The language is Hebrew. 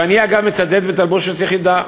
ואני, אגב, מצדד בתלבושת אחידה,